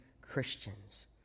Christians